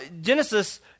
Genesis